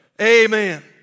Amen